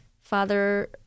Father